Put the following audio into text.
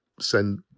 send